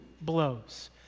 blows